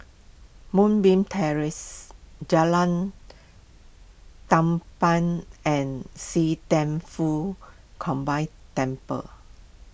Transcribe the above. Moonbeam Terrace Jalan Tampang and See Thian Foh Combined Temple